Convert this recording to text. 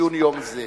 לציון יום זה.